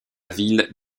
ville